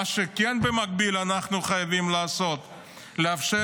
מה שאנחנו כן חייבים לעשות במקביל זה לאפשר